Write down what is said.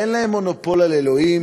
אין להם מונופול על אלוהים,